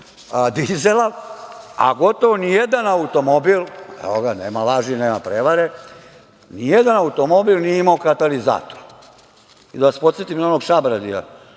dizela, a gotovo ni jedan automobil, evo ga, nema laži nema prevare, ni jedan automobil nije imao katalizator. Da vas podsetim na onog Čabradija,